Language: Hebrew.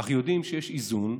אך יודעים שיש איזון,